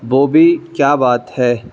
بوبی کیا بات ہے